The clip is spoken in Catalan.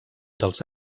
dels